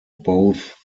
both